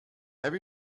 every